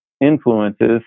influences